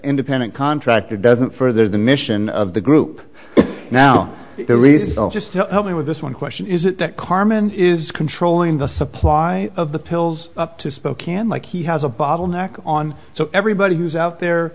independent contractor doesn't further the mission of the group now the result just to help me with this one question is that carmen is controlling the supply of the pills up to spokane like he has a bottleneck on so everybody who's out there